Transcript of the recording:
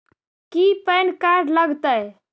की PAN card लग तै?